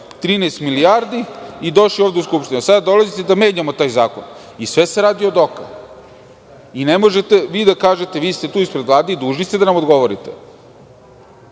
13 milijardi i došli ovde u Skupštinu. Sada dolazite da menjamo taj zakon. Sve se radi odoka. Ne možete vi da kažete, vi ste tu ispred Vlade i dužni ste da nam odgovorite.